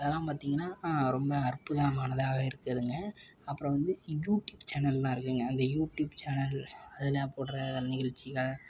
அதல்லாம் பார்த்திங்கன்னா ரொம்ப அற்புதமானதாக இருக்குதுங்க அப்புறம் வந்து யூடியூப் சேனல்லாம் இருக்குங்க அந்த யூடியூப் சேனல் அதில் போடுகிற நிகழ்ச்சிகள்